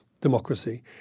democracy